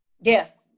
Yes